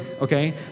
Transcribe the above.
okay